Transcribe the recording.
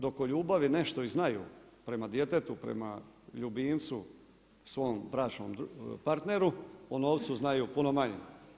Dok o ljubavi nešto i znaju prema djetetu, prema ljubimcu svom bračnom partneru, o novcu znaju puno manje.